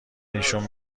ایشون